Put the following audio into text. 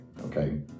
okay